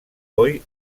hoy